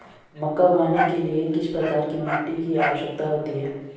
मक्का उगाने के लिए किस प्रकार की मिट्टी की आवश्यकता होती है?